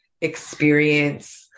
experience